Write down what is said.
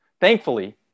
Thankfully